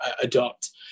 adopt